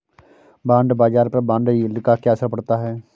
Bond बाजार पर bond yield का क्या असर पड़ता है?